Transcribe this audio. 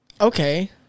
Okay